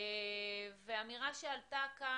אמירה שעלתה כאן,